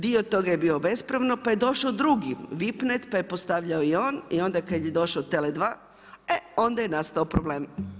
Dio toga je bio bespravno, pa je došao drugi VIPNET, pa je postavljao i on, i onda kad je došao TELE 2, e onda je nastao problem.